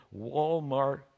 Walmart